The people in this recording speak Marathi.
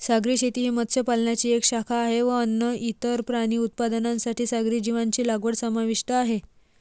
सागरी शेती ही मत्स्य पालनाची एक शाखा आहे व अन्न, इतर प्राणी उत्पादनांसाठी सागरी जीवांची लागवड समाविष्ट आहे